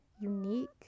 unique